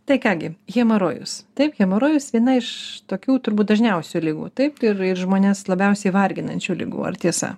tai ką gi hemorojus taip hemorojus viena iš tokių turbūt dažniausių ligų taip ir ir žmones labiausiai varginančių ligų ar tiesa